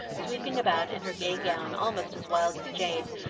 sweeping about in her gay gown, almost as wild as jane,